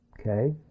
Okay